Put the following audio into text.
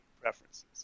preferences